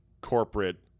corporate